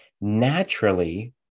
Naturally